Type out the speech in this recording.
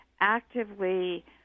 actively